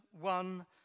one